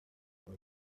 holy